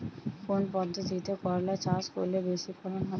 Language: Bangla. কোন পদ্ধতিতে করলা চাষ করলে বেশি ফলন হবে?